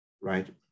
right